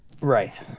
Right